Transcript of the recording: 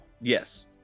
Yes